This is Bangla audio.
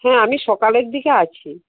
হ্যাঁ আমি সকালের দিকে আছি